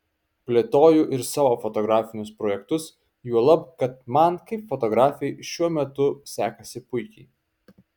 plėtoju ir savo fotografinius projektus juolab kad man kaip fotografei šiuo metu sekasi puikiai